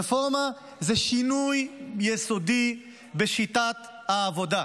רפורמה זה שינוי יסודי בשיטת העבודה,